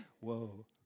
Whoa